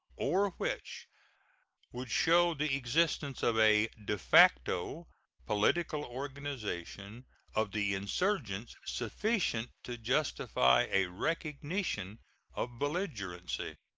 or which would show the existence of a de facto political organization of the insurgents sufficient to justify a recognition of belligerency.